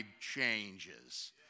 changes